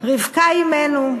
רבקה אמנו,